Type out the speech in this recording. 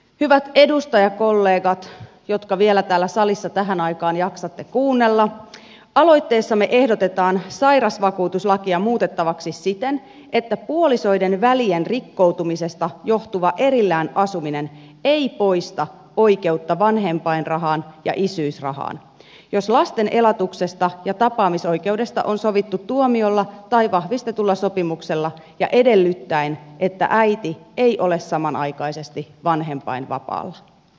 hyvät edustajakollegat jotka vielä täällä salissa tähän aikaan jaksatte kuunnella aloitteessamme ehdotetaan sairausvakuutuslakia muutettavaksi siten että puolisoiden välien rikkoutumisesta johtuva erillään asuminen ei poista oikeutta vanhempainrahaan ja isyysrahaan jos lasten elatuksesta ja tapaamisoikeudesta on sovittu tuomiolla tai vahvistetulla sopimuksella edellyttäen että äiti ei ole samanaikaisesti vanhempainvapaalla